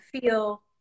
feel